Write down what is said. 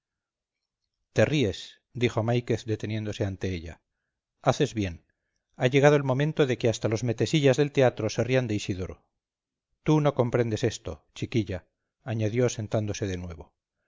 te ríes dijo máiquez deteniéndose ante ella haces bien ha llegado el momento de que hasta los mete sillas del teatro se rían de isidoro tú no comprendes esto chiquilla añadió sentándose de nuevo